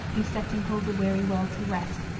whose setting calls a weary world to rest,